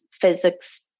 physics